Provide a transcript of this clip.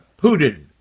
Putin